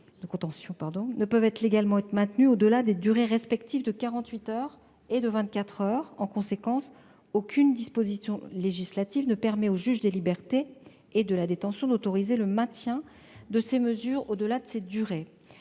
ne peut légalement être maintenue au-delà des durées respectives de quarante-huit heures et de vingt-quatre heures. En conséquence, aucune disposition législative ne permet au juge des libertés et de la détention d'autoriser le maintien de ces mesures au-delà de ces durées.